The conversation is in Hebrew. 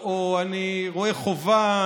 או אני רואה חובה,